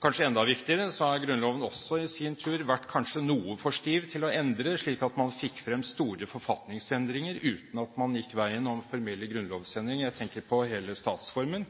Kanskje enda viktigere har Grunnloven også i sin tur kanskje vært for stiv til å endres, slik at man har fått frem store forfatningsendringer uten at man har gått veien om formelle grunnlovsendringer. Jeg tenker på hele statsformen